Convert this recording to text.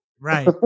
right